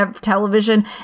television